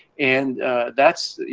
and that's, you